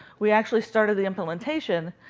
we actually started the implementation,